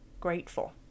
grateful